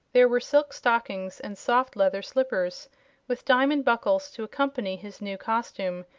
there were silk stockings and soft leather slippers with diamond buckles to accompany his new costume,